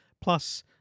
Plus